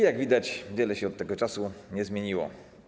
Jak widać, wiele się od tego czasu nie zmieniło.